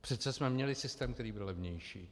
Přece jsme měli systém, který byl levnější!